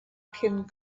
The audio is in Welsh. cyn